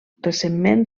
recentment